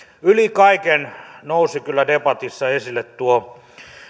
yli kaiken nousi kyllä debatissa esille tuo